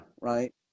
Right